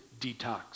Detox